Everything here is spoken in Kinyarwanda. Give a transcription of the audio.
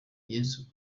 yesu